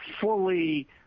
fully